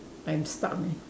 I'm stuck leh